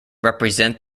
represent